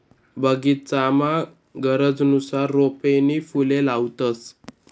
बगीचामा गरजनुसार रोपे नी फुले लावतंस